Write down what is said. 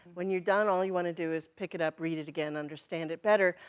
when you're done, all you want to do is pick it up, read it again, understand it better,